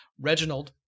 Reginald